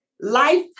life